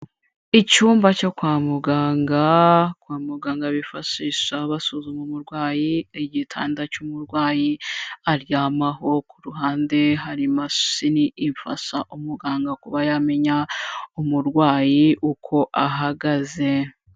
Icyumba cyo kwa muganga, kwa muganga bifashisha basuzuma umurwayi, igitanda cy'umurwayi aryamaho, ku ruhande hari imashini ifasha umuganga kuba yamenya umurwayi uko ahagaze.